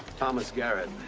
thomas garrett.